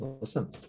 awesome